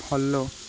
follow